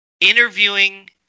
interviewing